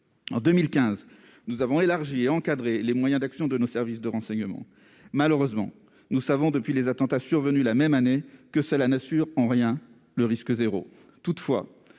En 2015, nous avons élargi et encadré les moyens d'action de nos services de renseignement. Malheureusement, nous savons, depuis les attentats survenus la même année, que cela ne garantit en rien le risque zéro.